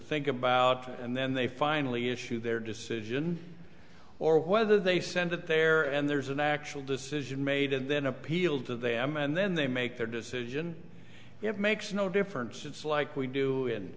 think about and then they finally issue their decision or whether they send it there and there's an actual decision made and then appealed to them and then they make their decision it makes no difference it's like we do